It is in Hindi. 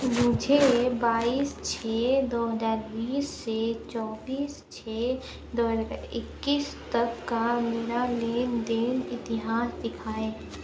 मुझे बाईस छः दो हजार बीस से चौबीस छः दो हजार इक्कीस तक का मेरा लेनदेन इतिहास दिखाएँ